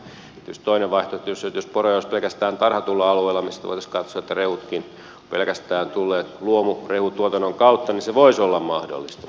tietysti toinen vaihtoehto jos poroja olisi pelkästään tarhatulla alueella mistä voitaisiin katsoa että rehutkin pelkästään tulevat luomurehutuotannon kautta niin se voisi olla mahdollista